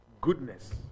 goodness